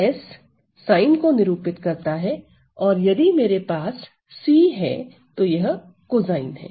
s sine को निरूपित करता है और यदि मेरे पास c है तो यह कोसाइन है